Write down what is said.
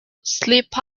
sleep